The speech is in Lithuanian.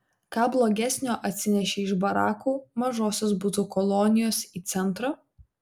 ką blogesnio atsinešei iš barakų mažosios butų kolonijos į centrą